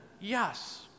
Yes